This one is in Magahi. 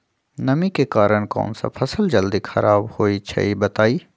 नमी के कारन कौन स फसल जल्दी खराब होई छई बताई?